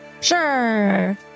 Sure